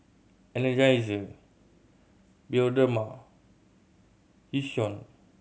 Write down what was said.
Energizer Bioderma Yishion